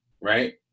right